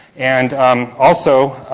and um also,